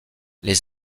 les